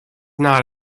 not